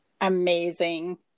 amazing